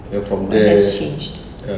what has changed